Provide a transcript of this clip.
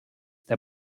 der